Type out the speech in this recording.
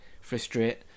frustrate